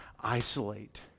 isolate